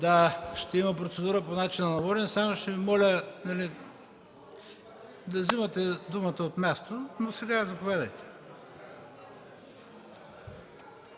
Да, ще има процедура по начина на водене. Ще Ви моля да взимате думата от място, но сега – заповядайте.